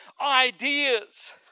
ideas